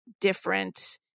different